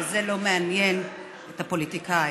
אבל זה לא מעניין את הפוליטיקאים.